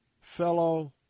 fellow